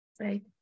Right